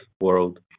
world